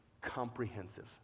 comprehensive